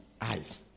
eyes